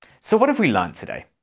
so what have we learnt today?